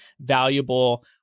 valuable